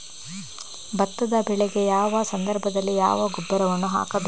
ಭತ್ತದ ಬೆಳೆಗೆ ಯಾವ ಸಂದರ್ಭದಲ್ಲಿ ಯಾವ ಗೊಬ್ಬರವನ್ನು ಹಾಕಬೇಕು?